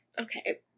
Okay